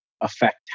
affect